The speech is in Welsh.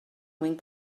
mwyn